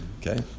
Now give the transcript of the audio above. Okay